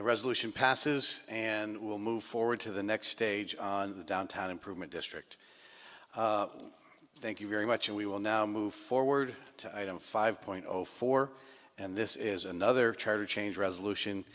the resolution passes and we will move forward to the next stage of the downtown improvement district thank you very much and we will now move forward to item five point zero four and this is another charge of change resolution